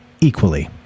equally